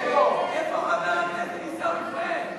איפה חבר הכנסת עיסאווי פריג'?